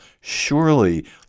Surely